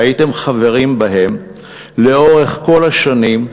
שהייתם חברים בהן לאורך כל השנים.